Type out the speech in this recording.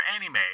anime